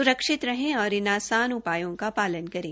सुरक्षित रहें और इन आसान उपायों का पालन करें